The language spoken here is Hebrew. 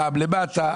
פעם למטה,